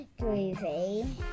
Groovy